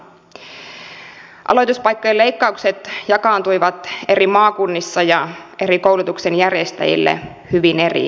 aloituspaikkojen leikkaukset jakaantuivat eri maakunnissa ja eri koulutuksen järjestäjille hyvin eri tavoin